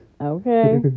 Okay